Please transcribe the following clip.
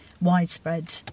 widespread